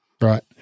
Right